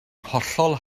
hollol